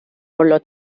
por